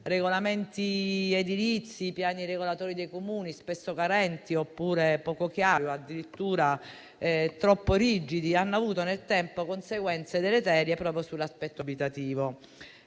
Regolamenti edilizi e piani regolatori dei Comuni spesso carenti oppure poco chiari o addirittura troppo rigidi hanno avuto nel tempo conseguenze deleterie proprio sull'aspetto abitativo